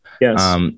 Yes